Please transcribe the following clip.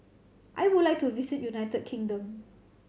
I would like to visit United Kingdom